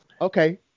Okay